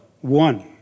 One